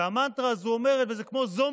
וישראל ביתנו לחצו אותו.